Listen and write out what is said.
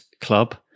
club